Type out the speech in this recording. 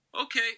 Okay